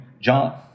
John